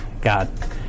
God